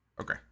Okay